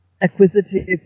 acquisitive